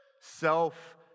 Self